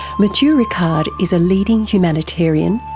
matthieu ricard is a leading humanitarian,